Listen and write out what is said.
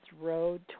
road